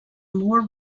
more